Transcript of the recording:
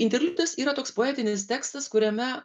interliudas yra toks poetinis tekstas kuriame